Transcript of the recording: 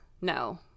no